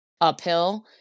uphill